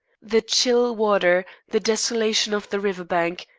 the chill water, the desolation of the river bank,